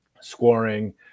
scoring